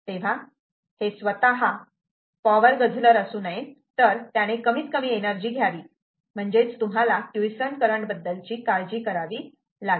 तेव्हा हे स्वतः पावर गझलर असू नये तर त्याने कमीत कमी एनर्जी घ्यावी म्हणजेच तुम्हाला क्युइसंट करंट बद्दलची काळजी करावी लागेल